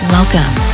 Welcome